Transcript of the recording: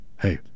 hey